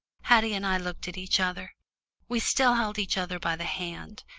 haddie and i looked at each other we still held each other by the hand,